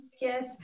Yes